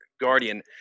guardian